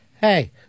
hey